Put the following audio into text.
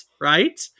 Right